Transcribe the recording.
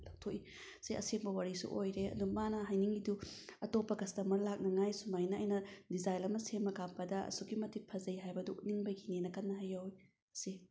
ꯂꯧꯊꯣꯛꯎꯏ ꯁꯤ ꯑꯁꯦꯡꯕ ꯋꯥꯔꯤꯁꯨ ꯑꯣꯏꯔꯦ ꯑꯗꯣ ꯃꯥꯅ ꯍꯥꯏꯅꯤꯡꯉꯤꯗꯨ ꯑꯇꯣꯞꯄ ꯀꯁꯇꯃꯔ ꯂꯥꯛꯅꯤꯡꯉꯥꯏ ꯁꯨꯃꯥꯏꯅ ꯑꯩꯅ ꯗꯤꯖꯥꯏꯟ ꯑꯃ ꯁꯦꯝꯂꯒ ꯀꯥꯞꯄꯗ ꯑꯁꯨꯛꯀꯤ ꯃꯇꯤꯛ ꯐꯖꯩ ꯍꯥꯏꯕꯗꯣ ꯎꯠꯅꯤꯡꯕꯒꯤꯅꯤꯅ ꯀꯟꯅ ꯍꯥꯏꯍꯧꯋꯤ